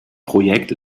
projekt